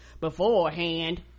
beforehand